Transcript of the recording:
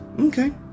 Okay